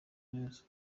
neza